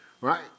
right